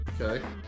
Okay